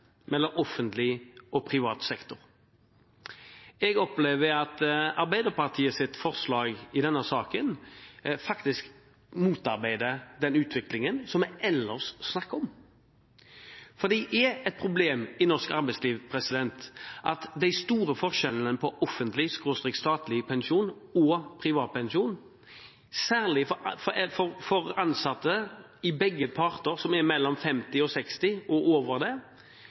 offentlig og privat sektor. Jeg opplever at Arbeiderpartiets forslag i denne saken faktisk motarbeider den utviklingen vi ellers snakker om. For det er et problem i norsk arbeidsliv de store forskjellene på offentlig/statlig pensjon og privat pensjon. Særlig for ansatte som er mellom 50 og 60 og over det,